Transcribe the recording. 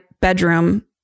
bedroom